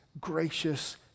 gracious